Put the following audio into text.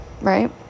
right